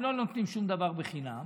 הם לא נותנים שום דבר חינם,